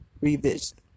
revision